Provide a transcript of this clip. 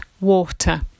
water